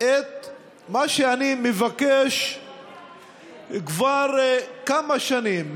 את מה שאני מבקש כבר כמה שנים,